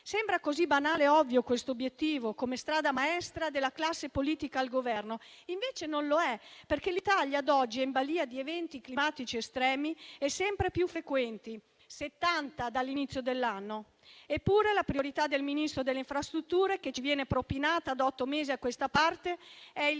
Sembra così banale ed ovvio quest'obiettivo come strada maestra della classe politica al Governo ed invece non lo è. Questo perché l'Italia, ad oggi, è in balia di eventi climatici estremi sempre più frequenti: settanta dall'inizio dell'anno. Eppure, la priorità del Ministro delle infrastrutture e dei trasporti, che ci viene propinata da otto mesi a questa parte, è il